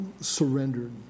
surrendered